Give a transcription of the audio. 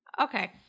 Okay